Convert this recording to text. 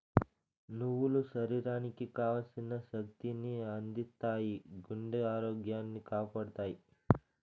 నువ్వులు శరీరానికి కావల్సిన శక్తి ని అందిత్తాయి, గుండె ఆరోగ్యాన్ని కాపాడతాయి